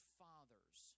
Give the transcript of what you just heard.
fathers